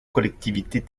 collectivités